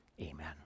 Amen